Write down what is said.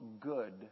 good